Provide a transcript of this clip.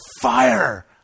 fire